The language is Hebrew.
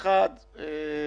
דבר אחד,